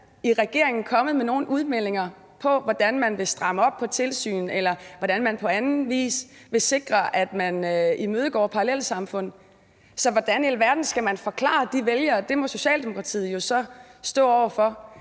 efter valget kommet med nogen udmeldinger fra regeringen om, hvordan man vil stramme op på tilsyn, eller hvordan man på anden vis vil sikre, at man imødegår parallelsamfund. Så hvordan i alverden skal man forklare de vælgere det? Det må Socialdemokratiet jo så stå over for.